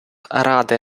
ради